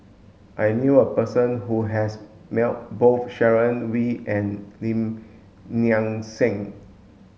I knew a person who has met both Sharon Wee and Lim Nang Seng